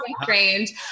strange